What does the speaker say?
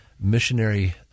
missionary